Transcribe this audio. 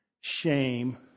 shame